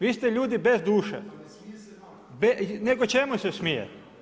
Vi ste ljudi bez duše. … [[Upadica se ne razumije.]] Nego čemu se smije?